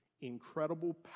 incredible